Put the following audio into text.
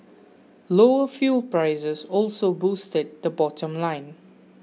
lower fuel prices also boosted the bottom line